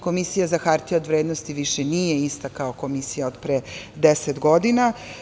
Komisija za hartije od vrednosti više nije ista kao komisija od pre deset godina.